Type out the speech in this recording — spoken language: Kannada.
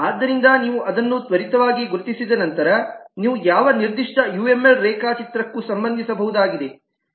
ಆದ್ದರಿಂದ ನೀವು ಅದನ್ನು ತ್ವರಿತವಾಗಿ ಗುರುತಿಸಿದ ನಂತರ ನೀವು ಯಾವ ನಿರ್ದಿಷ್ಟ ಯುಎಂಎಲ್ ರೇಖಾಚಿತ್ರಕ್ಕೂ ಸಂಬಂಧಿಸಬಹುದಾಗಿದೆ